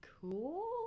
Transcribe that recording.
cool